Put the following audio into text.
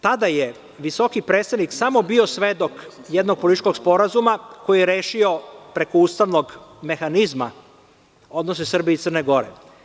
Tada je visoki predstavnik samo bio svedok jednog političkog sporazuma koji je rešio preko ustavnog mehanizma odnose Srbije i Crne Gore.